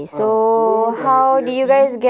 ah so dah happy happy